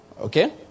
Okay